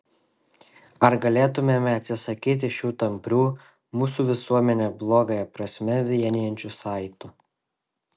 ar galėtumėme atsisakyti šių tamprių mūsų visuomenę blogąją prasme vienijančių saitų